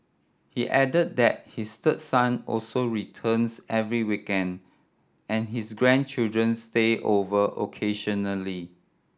he add that his third son also returns every weekend and his grandchildren stay over occasionally